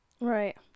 Right